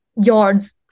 yards